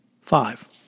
Five